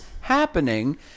happening